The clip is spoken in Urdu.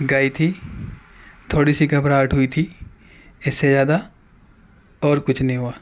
گائی تھی تھوڑی سی گھبراہٹ ہوئی تھی اس سے زیادہ اور کچھ نہیں ہوا